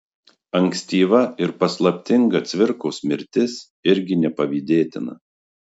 ankstyva ir paslaptinga cvirkos mirtis irgi nepavydėtina